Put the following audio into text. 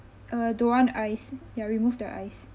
uh don't want ice ya remove the ice